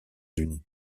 unis